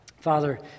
Father